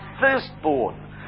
firstborn